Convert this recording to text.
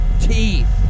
teeth